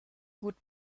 gut